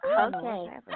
Okay